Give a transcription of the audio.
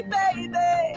baby